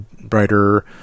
brighter